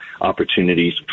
opportunities